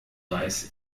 weiß